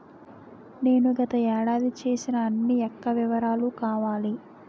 నేను గత ఏడాది చేసిన అన్ని యెక్క వివరాలు కావాలి?